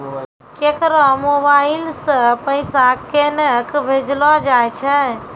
केकरो मोबाइल सऽ पैसा केनक भेजलो जाय छै?